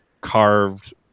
carved